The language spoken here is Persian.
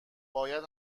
باید